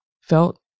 felt